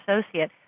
associate